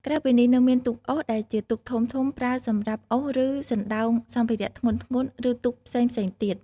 ក្រៅពីនេះ នៅមាន ទូកអូស ដែលជាទូកធំៗប្រើសម្រាប់អូសឬសណ្តោងសម្ភារៈធ្ងន់ៗ ឬទូកផ្សេងៗទៀត។